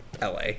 LA